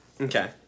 Okay